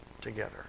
together